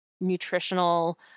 nutritional